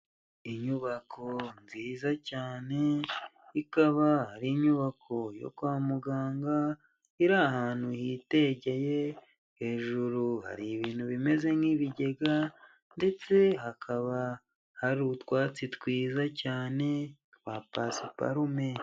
Inyubako nziza cyane ikaba ari inyubako yo kwa muganga iri ahantu hitegeye hejuru hari ibintu bimeze nk'ibigega ndetse hakaba hari utwatsi twiza cyane twa pasiparume.